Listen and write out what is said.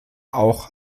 auch